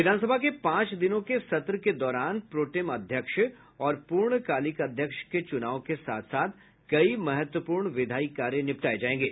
विधानसभा के पांच दिनों के सत्र के दौरान प्रो टेम अध्यक्ष और पूर्णकालिक अध्यक्ष के चुनाव के साथ साथ कई महत्वपूर्ण विधायी कार्य निबटाये जायेंगे